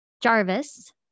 Jarvis